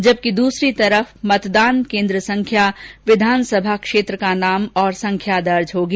जबकि दूसरी तरफ मतदान केन्द्र संख्या विधानसभा क्षेत्र का नाम और संख्या दर्ज होगी